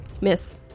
miss